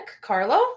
Carlo